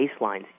baselines